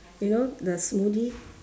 you know the smoothie